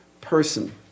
person